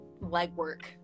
legwork